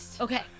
Okay